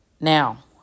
Now